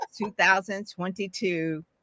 2022